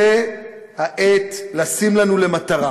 זו העת לשים לנו למטרה